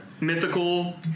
Mythical